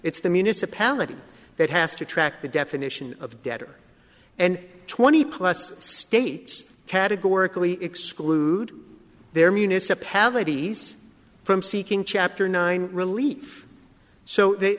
it's the municipality that has to track the definition of debtor and twenty plus states categorically exclude their municipalities from seeking chapter nine relief so they